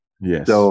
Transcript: Yes